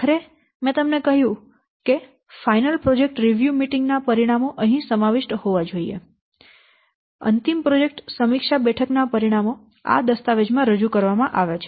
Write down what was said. આખરે મેં તમને કહ્યું કે અંતિમ પ્રોજેક્ટ સમીક્ષા બેઠક ના પરિણામો અહીં સમાવિષ્ટ હોવા જોઈએ અંતિમ પ્રોજેક્ટ સમીક્ષા બેઠક ના પરિણામો આ દસ્તાવેજ માં રજૂ કરવામાં આવે છે